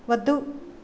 వద్దు